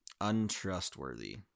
untrustworthy